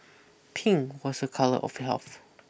pink was a colour of health